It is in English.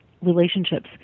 relationships